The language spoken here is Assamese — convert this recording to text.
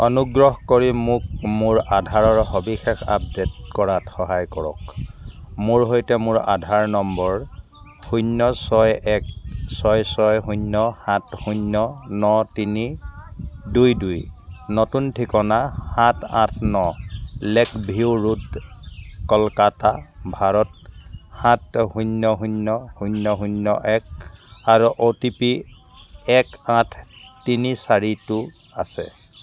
অনুগ্ৰহ কৰি মোক মোৰ আধাৰৰ সবিশেষ আপডে'ট কৰাত সহায় কৰক মোৰ সৈতে মোৰ আধাৰ নম্বৰ শূন্য ছয় এক ছয় ছয় শূন্য সাত শূন্য ন তিনি দুই দুই নতুন ঠিকনা সাত আঠ ন lake view road Kolkata Bharat সাত শূন্য শূন্য শূন্য শূন্য এক আৰু অ' টি পি এক আঠ তিনি চাৰিটো আছে